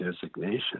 designation